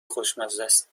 خوشمزست